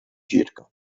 circa